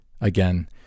Again